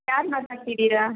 ಯಾರು ಮಾತಾಡ್ತಿದ್ದೀರ